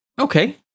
Okay